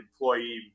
employee